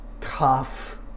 tough